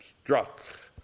struck